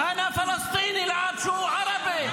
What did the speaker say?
אנא פלסטיני --- ערבי.